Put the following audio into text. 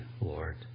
Lord